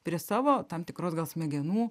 prie savo tam tikros gal smegenų